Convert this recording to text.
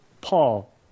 Paul